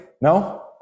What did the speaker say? No